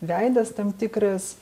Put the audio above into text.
veidas tam tikras